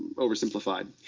oversimplified.